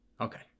Okay